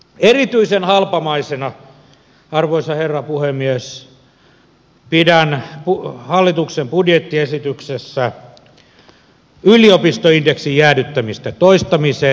erityisen halpamaisena arvoisa herra puhemies pidän hallituksen budjettiesityksessä yliopistoindeksin jäädyttämistä toistamiseen